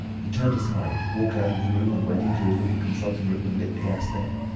he turned aside, walked out of the room, and went into his little consulting-room and lit the gas there.